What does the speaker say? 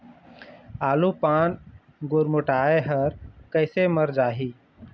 आलू पान गुरमुटाए हर कइसे मर जाही?